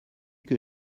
que